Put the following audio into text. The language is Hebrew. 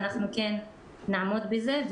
אנחנו נעמוד בזה.